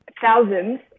thousands